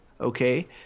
okay